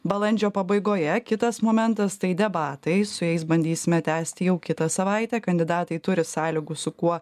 balandžio pabaigoje kitas momentas tai debatai su jais bandysime tęsti jau kitą savaitę kandidatai turi sąlygų su kuo